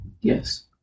Yes